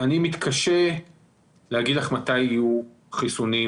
אני מתקשה להגיד לך מתי יהיו חיסונים